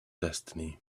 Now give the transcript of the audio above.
destiny